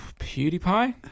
PewDiePie